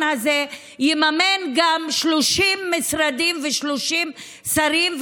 הזה יממן גם 30 משרדים ו-30 שרים,